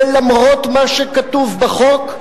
ולמרות מה שכתוב בחוק,